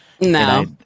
No